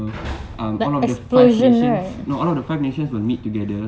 um all the five nations no all the five nations will meet together